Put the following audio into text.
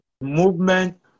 movement